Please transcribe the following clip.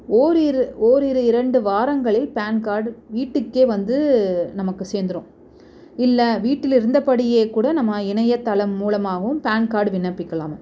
ஓரிரு ஓரிரு இரண்டு வாரங்களில் பேன் கார்டு வீட்டுக்கே வந்து நமக்கு சேர்ந்துரும் இல்லை வீட்டிலிருந்தபடியே கூட நம்ம இணையதளம் மூலமாகவும் பேன் கார்ட் விண்ணப்பிக்கலாமாம்